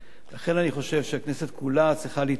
לכן אני חושב שהכנסת כולה צריכה להתאחד